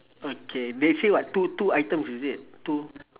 okay they say what two two items is it two